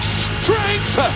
strength